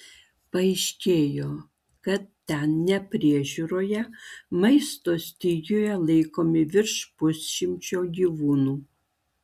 paaiškėjo kad ten nepriežiūroje maisto stygiuje laikomi virš pusšimčio gyvūnų